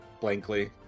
blankly